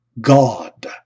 God